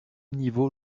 niveau